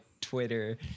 Twitter